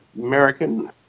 American